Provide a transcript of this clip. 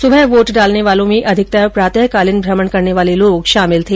सुबह वोट डालने वालों में अधिकतर प्रातःकालीन भ्रमण करने वाले लोग शामिल थे